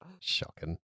Shocking